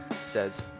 says